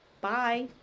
Bye